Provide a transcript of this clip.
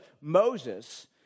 Moses